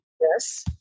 Yes